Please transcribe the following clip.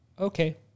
Okay